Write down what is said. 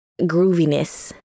grooviness